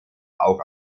auch